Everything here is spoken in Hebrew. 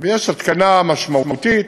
ויש התקנה משמעותית,